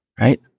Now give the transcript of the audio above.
right